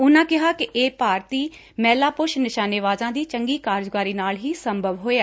ਉਨਾਂ ਨੇ ਕਿਹਾ ਕਿ ਇਹ ਭਾਰਤੀ ਮਹਿਲਾ ਪੁਰਸ਼ ਨਿਸ਼ਾਨੇਬਾਜਾ ਦੀ ਚੰਗੀ ਕਾਰਗੁਜ਼ਾਰੀ ਨਾਲ ਹੀ ਸੰਭਵ ਹੋਇਐ